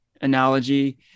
analogy